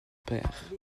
père